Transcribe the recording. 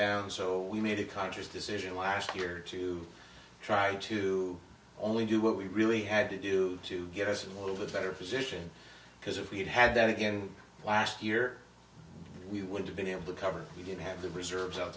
down so we made a conscious decision last year to try to only do what we really had to do to get us a little bit better position because if we had had that again last year we would have been able to cover we did have the reserves out